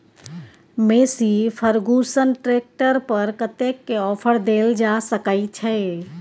Massey Ferguson tractor पर कतेक के ऑफर देल जा सकै छै?